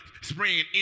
spraying